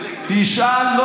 דלג, דלג.